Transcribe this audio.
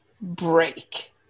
break